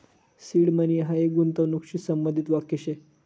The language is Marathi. सीड मनी हायी गूंतवणूकशी संबंधित वाक्य शे